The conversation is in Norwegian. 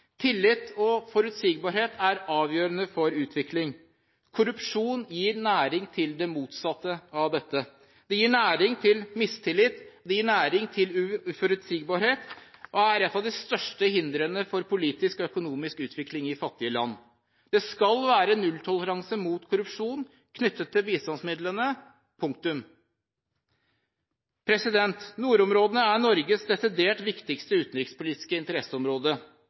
Tillit og forutsigbarhet er avgjørende for utvikling. Korrupsjon gir næring til det motsatte av dette. Det gir næring til mistillit og uforutsigbarhet og er et av de største hindrene for politisk og økonomisk utvikling i fattige land. Det skal være nulltoleranse mot korrupsjon knyttet til bistandsmidlene. Punktum! Nordområdene er Norges desidert viktigste utenrikspolitiske interesseområde,